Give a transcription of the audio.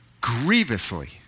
Grievously